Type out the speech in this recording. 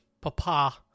Papa